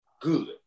good